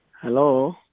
Hello